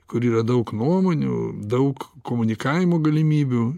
kur yra daug nuomonių daug komunikavimo galimybių